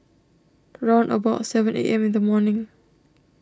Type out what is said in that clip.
round about seven A M in the morning